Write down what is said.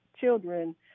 children